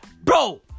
bro